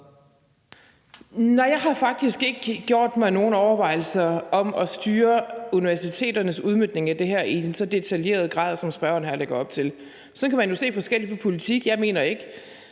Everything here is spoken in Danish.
Nej, jeg har faktisk ikke gjort mig nogen overvejelser om at styre universiteternes udmøntning af det her i en så detaljeret grad, som spørgeren her lægger op til. Sådan kan man jo se forskelligt på politik. Jeg mener ikke,